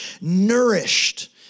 nourished